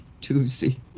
Tuesday